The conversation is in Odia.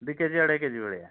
ଦୁଇ କେଜି ଅଢ଼େଇ କେଜି ଭଳିଆ